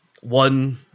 one